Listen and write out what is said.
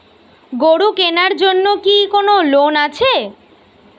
গরু কেনার জন্য কি কোন লোন আছে?